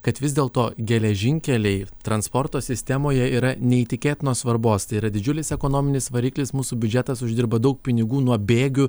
kad vis dėl to geležinkeliai transporto sistemoje yra neįtikėtinos svarbos tai yra didžiulis ekonominis variklis mūsų biudžetas uždirba daug pinigų nuo bėgių